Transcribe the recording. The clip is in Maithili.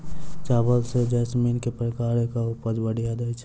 चावल म जैसमिन केँ प्रकार कऽ उपज बढ़िया दैय छै?